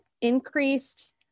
increased